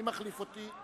מי מחליף אותי?